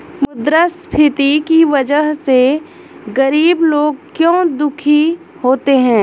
मुद्रास्फीति की वजह से गरीब लोग क्यों दुखी होते हैं?